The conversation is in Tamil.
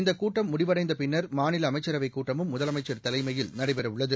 இந்த கூட்டம் முடிவடைந்த பின்னா் மாநில அமைச்சரவைக் கூட்டமும் முதலமைச்சா் தலைமையில் நடைபெறவுள்ளது